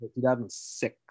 2006